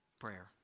prayer